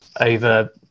over